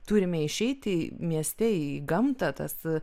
turime išeiti mieste į gamtą tas